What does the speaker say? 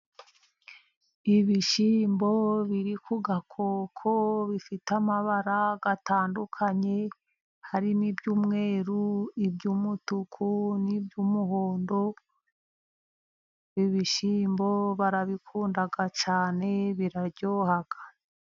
Ibishyimbo biri ku gakoko bifite amabara atandukanye, harimo iby'umweru, ibyumutuku n'iby'umuhondo, ibishyimbo barabikunda cyane, biraryohaha.